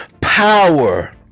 power